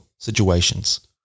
situations